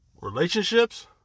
relationships